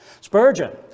Spurgeon